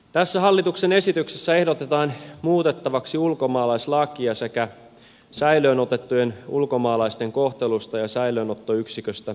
tässä hallituksen esityksessä ehdotetaan muutettavaksi ulkomaalaislakia sekä säilöön otettujen ulkomaalaisten kohtelusta ja säilöönottoyksiköstä annettua lakia